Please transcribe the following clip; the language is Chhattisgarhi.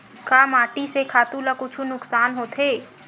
का माटी से खातु ला कुछु नुकसान होथे?